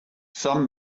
some